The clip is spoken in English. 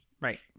Right